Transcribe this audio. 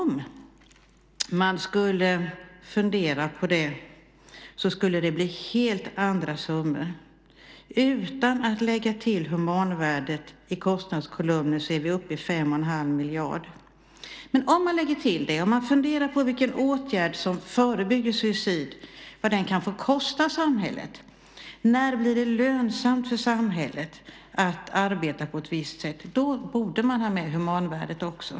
Utan att vi lägger till humanvärdet i kostnadskolumnen är vi uppe i 5 1⁄2 miljarder. Om man funderar på vad en åtgärd som förebygger suicid kan få kosta samhället och när det blir lönsamt för samhället att arbeta på ett visst sätt borde man ha med humanvärdet också.